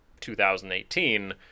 2018—